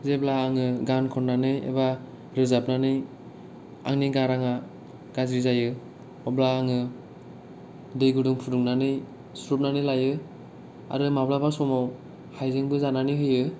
जेब्ला आङो गान खननानै एबा रोजाबनानै आंनि गाराङा गाज्रि जायो अब्ला आङो दै गुदुं फुदुंनानै सुसाबनानै लायो आरो माब्लाबा समाव हायजेंबो जानानै होयो